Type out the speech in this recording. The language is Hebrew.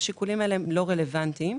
השיקולים האלה לא רלוונטיים,